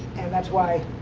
and that's why,